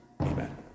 Amen